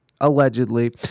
allegedly